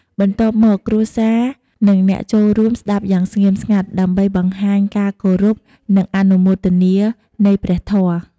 បន្ទាប់មក គ្រួសារ និងអ្នកចូលរួមស្តាប់យ៉ាងស្ងៀមស្ងាត់ ដើម្បីបង្ហាញការគោរពនិងអនុមោទនានៃព្រះធម៌។